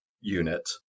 unit